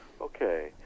Okay